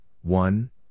one